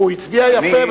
הוא הצביע יפה,